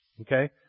okay